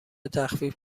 تخفیف